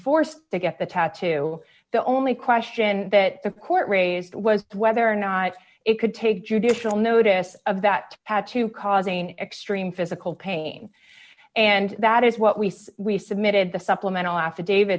forced to get the tattoo the only question that the court raised was whether or not it could take judicial notice of that path to causing extreme physical pain and that is what we saw we submitted the supplemental affidavit